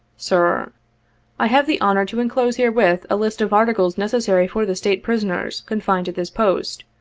sir a i have the honor to enclose herewith, a list of articles necessary for the state prisoners confined at this post,